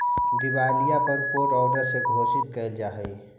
दिवालियापन court order से घोषित कैल जा हई